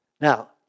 Now